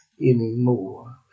anymore